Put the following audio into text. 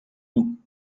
nous